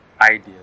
ideas